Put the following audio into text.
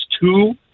two